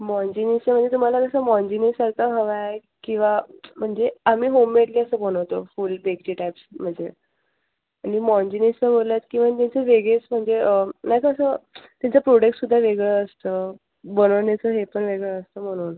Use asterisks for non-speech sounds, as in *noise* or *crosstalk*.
माँजिनिसचं म्हणजे तुम्हाला तर माँजिनिससारखा हवा आहे किंवा म्हणजे आम्ही होममेड जास्त बनवतो *unintelligible* मध्ये आणि माँजिनिसचं बोललात किंवा कसं वेगळेच म्हणजे म्हणजे असं त्यांचं प्रोडक्टसुद्धा वेगळं असतं बनवण्याचं हे पण वेगळं असतं म्हणून